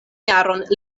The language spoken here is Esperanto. jaron